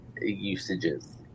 usages